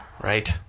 Right